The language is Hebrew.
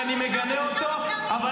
ואני מגנה אותו -- חזר עליו כמה פעמים.